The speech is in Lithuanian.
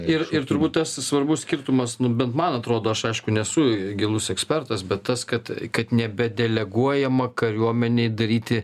ir ir turbūt tas svarbus skirtumas bent man atrodo aš aišku nesu gilus ekspertas bet tas kad kad nebedeleguojama kariuomenei daryti